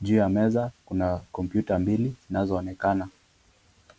Juu ya meza kuna kompyuta mbili zinazoonekana.